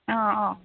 ꯑꯣ ꯑꯣ